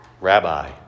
Rabbi